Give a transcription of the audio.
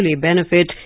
benefit